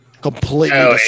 completely